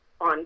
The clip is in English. on